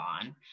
on